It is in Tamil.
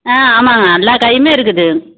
ஆ ஆமாம்ங்க எல்லா காயுமே இருக்குது